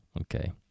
Okay